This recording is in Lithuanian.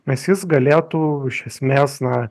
nes jis galėtų iš esmės na